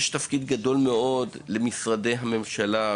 יש תפקיד גדול מאוד למשרדי הממשלה,